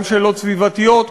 גם שאלות סביבתיות,